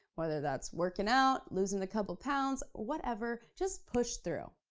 whether that's working out, losing a couple pounds, whatever, just push through.